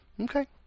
Okay